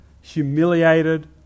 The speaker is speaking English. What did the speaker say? humiliated